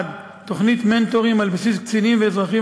1. תוכנית "מנטורים" על בסיס קצינים ואזרחים